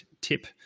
tip